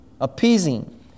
appeasing